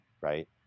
Right